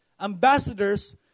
ambassadors